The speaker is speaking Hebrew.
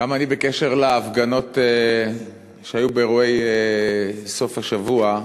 גם אני, בקשר להפגנות שהיו בסוף השבוע.